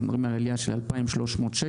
אנחנו מדברים על עלייה של 2,300 שקל.